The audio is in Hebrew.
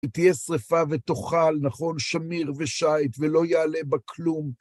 שתהיה שריפה ותוכל, נכון, שמיר ושייט, ולא יעלה בכלום.